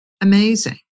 amazing